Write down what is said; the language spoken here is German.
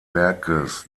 werkes